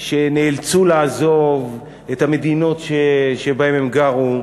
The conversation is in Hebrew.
שנאלצו לעזוב את המדינות שבהן הם גרו,